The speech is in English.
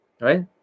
right